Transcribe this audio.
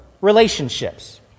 relationships